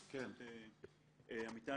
אמיתי,